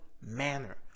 manner